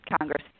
Congress